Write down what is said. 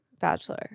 bachelor